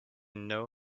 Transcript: know